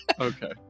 Okay